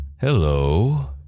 Hello